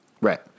Right